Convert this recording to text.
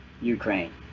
Ukraine